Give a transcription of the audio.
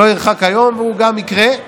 לא ירחק היום והוא גם יקרה,